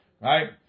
Right